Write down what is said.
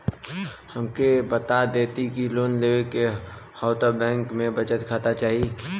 हमके बता देती की लोन लेवे के हव त बैंक में बचत खाता चाही?